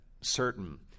certain